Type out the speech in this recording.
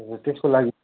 त्यसको लागि